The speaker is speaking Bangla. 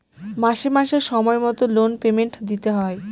মাসে মাসে সময় মতো লোন পেমেন্ট দিতে হয়